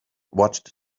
watched